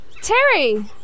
Terry